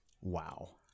Wow